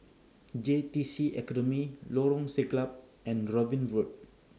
J T C Academy Lorong Siglap and Robin Road